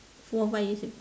four five years ag~